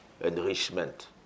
enrichment